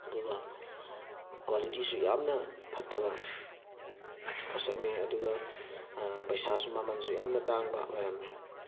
ꯑꯗꯨꯒ ꯀ꯭ꯋꯥꯂꯤꯇꯤꯁꯨ ꯌꯥꯝꯅ ꯐꯠꯇꯕ ꯄꯣꯠꯁꯛꯅꯤ ꯑꯗꯨꯒ ꯄꯩꯁꯥꯁꯨ ꯃꯃꯟꯁꯨ ꯌꯥꯝꯅ ꯇꯥꯡꯕ ꯑꯣꯏꯔꯝꯃꯦ